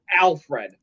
Alfred